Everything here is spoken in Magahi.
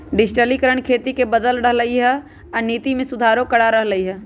डिजटिलिकरण खेती के बदल रहलई ह आ नीति में सुधारो करा रह लई ह